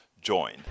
join